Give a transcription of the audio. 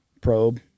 probe